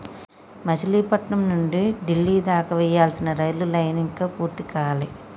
మచిలీపట్నం నుంచి డిల్లీ దాకా వేయాల్సిన రైలు లైను ఇంకా పూర్తి కాలే